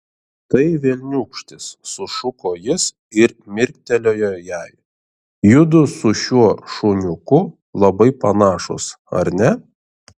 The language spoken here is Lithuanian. tai velniūkštis sušuko jis ir mirktelėjo jai judu su šiuo šuniuku labai panašūs ar ne